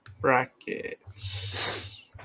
Brackets